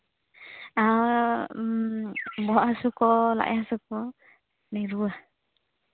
ᱟᱸᱻ ᱵᱚᱦᱚᱜ ᱦᱟᱹᱥᱩ ᱠᱚ ᱞᱟᱡ ᱦᱟᱹᱥᱩ ᱠᱚ ᱞᱤᱧ ᱨᱩᱣᱟᱹ